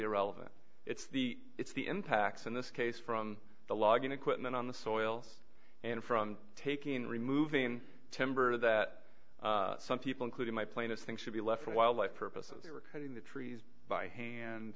irrelevant it's the it's the impacts in this case from the logging equipment on the soils and from taking removing timber that some people including my plaintiff think should be left for wildlife purposes they were putting the trees by hand